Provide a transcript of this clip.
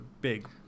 big